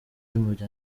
imyuka